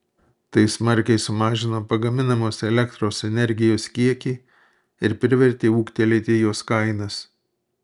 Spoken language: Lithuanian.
tai smarkiai sumažino pagaminamos elektros energijos kiekį ir privertė ūgtelėti jos kainas